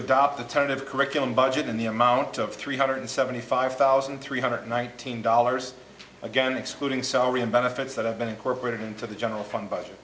adopt a tentative curriculum budget in the amount of three hundred seventy five thousand three hundred one thousand dollars again excluding salary and benefits that have been incorporated into the general fund budget